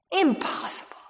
Impossible